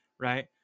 Right